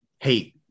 hate